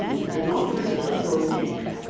he did not visit her for a week,